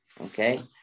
okay